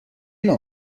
نوع